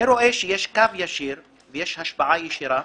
אני רואה שיש קו ישיר ויש השפעה ישירה